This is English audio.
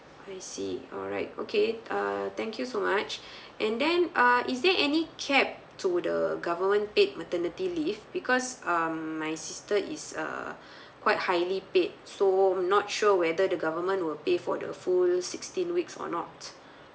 I see alright okay uh thank you so much and then uh is there any cap to the government paid maternity leave because um my sister is a quite highly paid so I'm not sure whether the government will pay for the full sixteen weeks or not